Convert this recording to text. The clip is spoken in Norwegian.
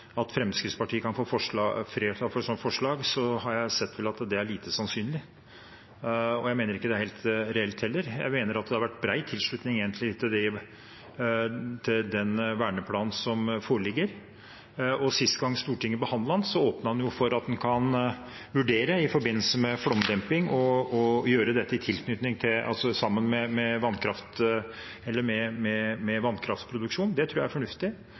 Fremskrittspartiet kan få flertall for et sånt forslag, og jeg mener det heller ikke er helt reelt. Jeg mener det har vært bred tilslutning, egentlig, til den verneplanen som foreligger. Sist gang Stortinget behandlet den, åpnet man for at en i forbindelse med flomdemping kan vurdere å gjøre dette i tilknytning til og sammen med vannkraftproduksjon. Det tror jeg er fornuftig, det tror jeg er